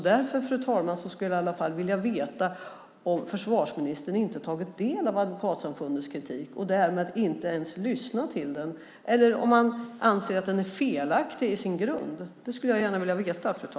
Därför, fru talman, skulle jag vilja veta om försvarsministern inte tagit del av och inte ens lyssnat till Advokatsamfundets kritik eller om han anser att den i grunden är felaktig.